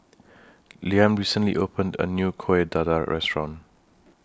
Liam recently opened A New Kuih Dadar Restaurant